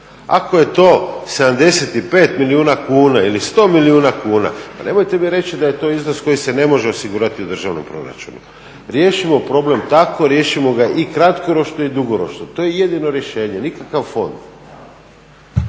Ako je to 75 milijuna kuna ili 100 milijuna kuna, pa nemojte mi reći da je to iznos koji se ne može osigurati u državnom proračunu. Riješimo problem tako, riješimo ga i kratkoročno i dugoročno, to je jedino rješenje, nikakav fond.